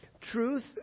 Truth